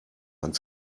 hand